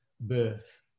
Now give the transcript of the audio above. birth